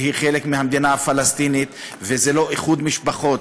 והיא חלק מהמדינה הפלסטינית, וזה לא איחוד משפחות.